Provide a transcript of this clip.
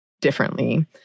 differently